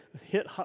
hit